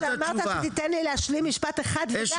שאמרת שתיתן לי להשלים משפט אחד ולא השלמתי.